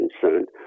concerned